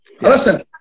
Listen